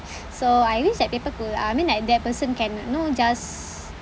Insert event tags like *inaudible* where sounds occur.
*breath* so I wish that people could uh I mean like that person can you know just